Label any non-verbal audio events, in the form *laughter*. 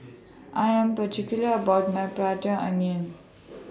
*noise* I Am particular about My Prata Onion